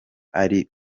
ari